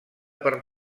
per